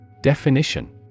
Definition